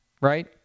right